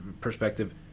perspective